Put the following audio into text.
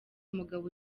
mugabo